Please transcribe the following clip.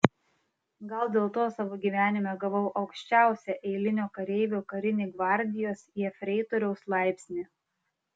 gal dėl to savo gyvenime gavau aukščiausią eilinio kareivio karinį gvardijos jefreitoriaus laipsnį